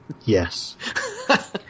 Yes